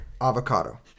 avocado